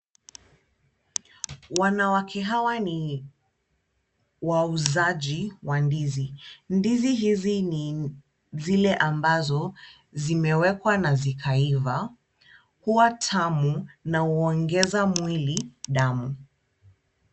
Wanawake hawa ni wauzaji wa ndizi. Ndizi hizi ni zile ambazo zimewekwa na zikaiva .Huwa tamu na huongeza mwili damu.